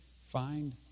Find